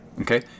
Okay